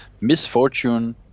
misfortune